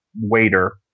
waiter